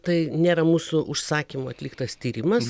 tai nėra mūsų užsakymu atliktas tyrimas